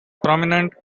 prominent